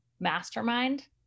Mastermind